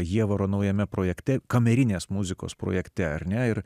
ievaro naujame projekte kamerinės muzikos projekte ar ne ir